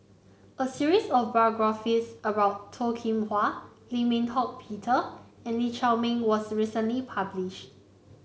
a series of biographies about Toh Kim Hwa Lim Eng Hock Peter and Lee Shao Meng was recently published